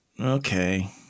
Okay